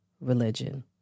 religion